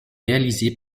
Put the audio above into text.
réalisée